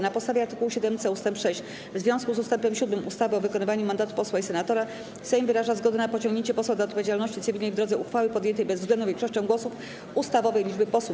Na podstawie art. 7c ust. 6 w związku z ust. 7 ustawy o wykonywaniu mandatu posła i senatora Sejm wyraża zgodę na pociągnięcie posła do odpowiedzialności cywilnej w drodze uchwały podjętej bezwzględną większością głosów ustawowej liczby posłów.